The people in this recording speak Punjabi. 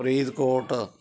ਫ਼ਰੀਦਕੋਟ